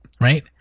right